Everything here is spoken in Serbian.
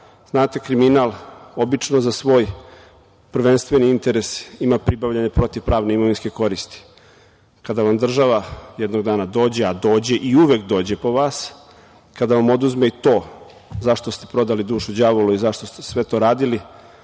raditi. Znate, kriminal obično za svoj prvenstveni interes ima pribavljanje protiv pravne imovinske koristi. Kada vam država jednog dana dođe, a dođe i uvek dođe po vas, kada vam oduzme to za šta ste prodali dušu đavolu i za šta ste sve to radili,